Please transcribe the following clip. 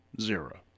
Zero